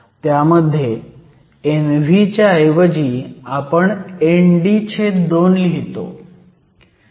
त्यामध्ये Nv च्या ऐवजी आपण ND2 लिहितो